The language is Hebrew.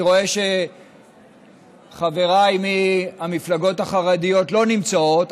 אני רואה שחבריי מהמפלגות החרדיות לא נמצאים,